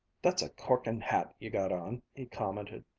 that's a corking hat you got on, he commented.